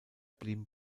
blieben